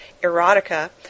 erotica